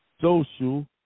social